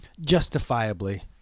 justifiably